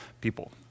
people